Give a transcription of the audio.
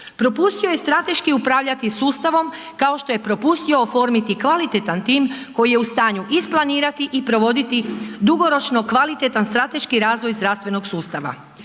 Propustio je strateški upravljati sustavom kao što je propustio oformiti kvalitetan tim koji je u stanju isplanirati i provoditi dugoročno kvalitetan strateški razvoj zdravstvenog sustava.